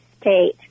state